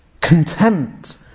contempt